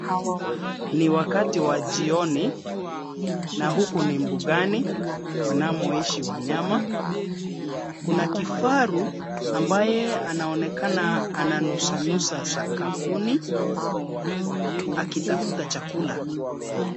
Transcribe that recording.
Ni wakati wa jioni na huku ni mbugani wanamoishi wanyama. Kuna kifaru ambaye anaonekana ananusa nusa sakafuni akitafuta chakula.